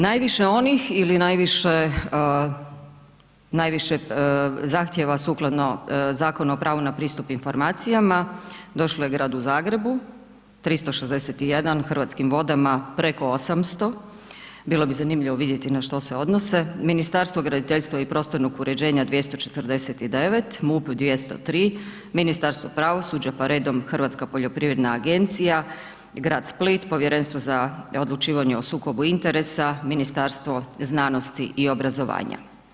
Najviše onih ili najviše, najviše zahtjeva sukladno Zakonu o pravu na pristup informacijama došlo je Gradu Zagrebu 361, Hrvatskim vodama preko 800, bilo bi zanimljivo vidjeti na što se odnose, Ministarstvo graditeljstva i prostornog uređenja 249, MUP 203, Ministarstvo pravosuđa, pa redom Hrvatska poljoprivredna agencija, grad Split, Povjerenstvo za odlučivanje o sukobu interesa, Ministarstvo znanosti i obrazovanja.